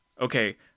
okay